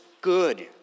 good